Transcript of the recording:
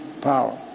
power